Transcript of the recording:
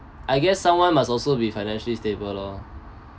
I guess someone must also be financially stable lor